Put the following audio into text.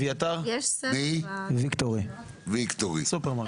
אביתר מ"ויקטורי", סופרמרקט.